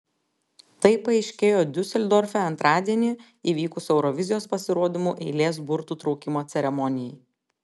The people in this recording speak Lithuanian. tai paaiškėjo diuseldorfe antradienį įvykus eurovizijos pasirodymų eilės burtų traukimo ceremonijai